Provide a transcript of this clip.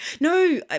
no